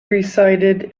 recited